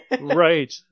Right